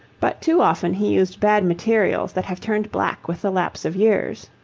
but too often he used bad materials that have turned black with the lapse of years.